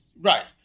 Right